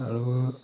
আৰু